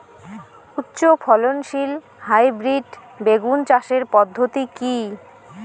উচ্চ ফলনশীল হাইব্রিড বেগুন চাষের পদ্ধতি কী?